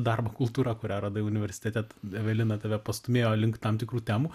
darbo kultūra kuria radai universitete evelina tave pastūmėjo link tam tikrų temų